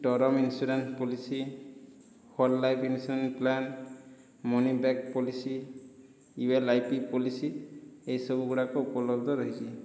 term insurance policy whole life insurance plan money back policy U L I P policy ଏହିସବୁ ଗୁଡ଼ାକ ଉପଲବ୍ଧ ରହିଛି